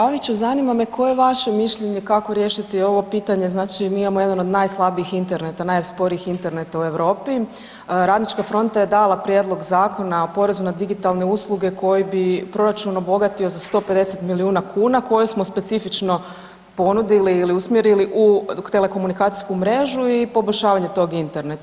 Kolega Paviću, zanima me koje je vaše mišljenje kako riješiti ovo pitanje, znači mi imamo jedan od najslabijih interneta, najsporijih interneta u Europi, Radnička fronta je dala Prijedlog zakona o porezu na digitalne usluge koji bi proračun obogatio za 150 milijuna koje smo specifično ponudili ili sumjerili u telekomunikacijsku mrežu i poboljšavanje tog interneta.